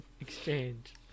exchange